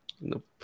Nope